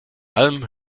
alm